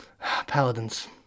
Paladins